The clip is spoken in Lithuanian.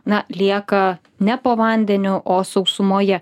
na lieka ne po vandeniu o sausumoje